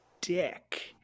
dick